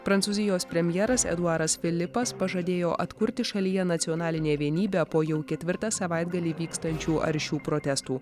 prancūzijos premjeras eduaras filipas pažadėjo atkurti šalyje nacionalinę vienybę po jau ketvirtą savaitgalį vykstančių aršių protestų